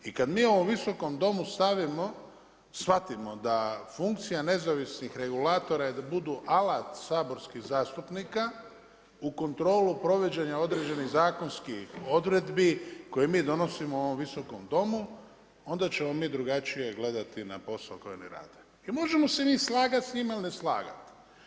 I kada mi u ovom Visokom domu shvatimo da funkcija nezavisnih regulatora je da budu alat saborskih zastupnika u kontrolu provođenja određenih zakonskih odredbi koje mi donosimo u ovom Visokom domu, onda ćemo mi drugačije gledati na posao koji oni rade i možemo se mi slagat s njima ili ne slagat.